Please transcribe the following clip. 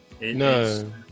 no